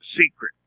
secret